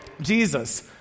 Jesus